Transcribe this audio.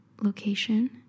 location